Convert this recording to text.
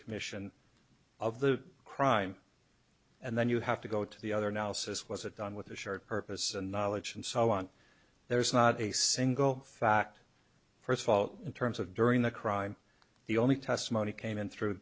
commission of the crime and then you have to go to the other now says was it done with the shared purpose and knowledge and so on there's not a single fact first of all in terms of during the crime the only testimony came in through